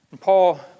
Paul